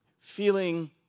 feeling